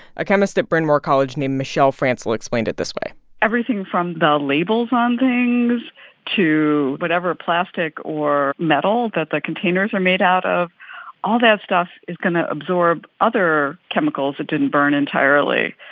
a chemist at bryn mawr college named michelle francl explained it this way everything from the labels on things to whatever plastic or metal that the containers are made out of all that stuff is going to absorb other chemicals that didn't burn entirely.